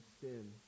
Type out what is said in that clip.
sin